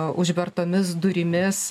užvertomis durimis